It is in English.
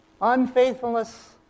unfaithfulness